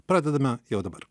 pradedame jau dabar